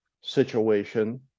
situation